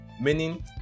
Meaning